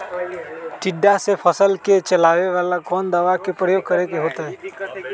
टिड्डा से फसल के बचावेला कौन दावा के प्रयोग करके होतै?